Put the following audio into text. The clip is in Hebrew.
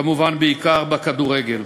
כמובן בעיקר בכדורגל.